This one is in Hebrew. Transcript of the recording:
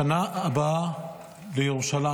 לשנה הבאה בירושלים.